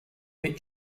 bit